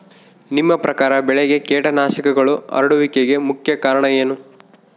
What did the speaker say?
ನಿಮ್ಮ ಪ್ರಕಾರ ಬೆಳೆಗೆ ಕೇಟನಾಶಕಗಳು ಹರಡುವಿಕೆಗೆ ಮುಖ್ಯ ಕಾರಣ ಏನು?